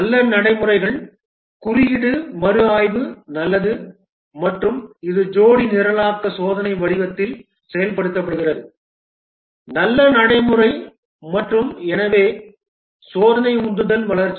நல்ல நடைமுறைகள் குறியீடு மறுஆய்வு நல்லது மற்றும் இது ஜோடி நிரலாக்க சோதனை வடிவத்தில் செயல்படுத்தப்படுகிறது நல்ல நடைமுறை மற்றும் எனவே சோதனை உந்துதல் வளர்ச்சி